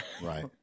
Right